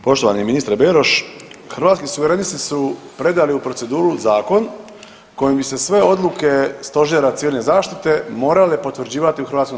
Poštovani ministre Beroš, Hrvatski suverenisti su predali u proceduru zakon kojim bi se sve odluke stožera civilne zaštite morale potvrđivati u HS.